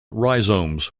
rhizomes